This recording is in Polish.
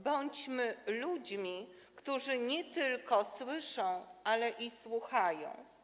Bądźmy ludźmi, którzy nie tylko słyszą, ale i słuchają.